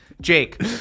Jake